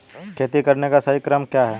खेती करने का सही क्रम क्या है?